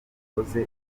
ikoze